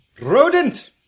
Rodent